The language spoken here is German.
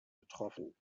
betroffen